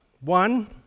One